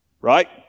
Right